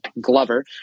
Glover